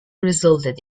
resulted